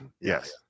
Yes